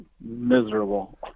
miserable